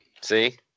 See